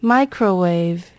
Microwave